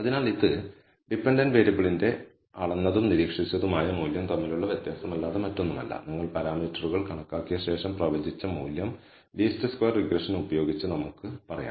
അതിനാൽ ഇത് ഡിപെൻഡന്റ് വേരിയബിളിന്റെ അളന്നതും നിരീക്ഷിച്ചതുമായ മൂല്യം തമ്മിലുള്ള വ്യത്യാസമല്ലാതെ മറ്റൊന്നുമല്ല നിങ്ങൾ പാരാമീറ്ററുകൾ കണക്കാക്കിയ ശേഷം പ്രവചിച്ച മൂല്യം ലീസ്റ്റ് സ്ക്വയർ റിഗ്രഷൻ ഉപയോഗിച്ച് നമുക്ക് പറയാം